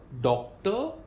Doctor